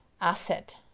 asset